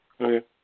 Okay